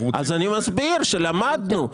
אני מסביר שלמדנו.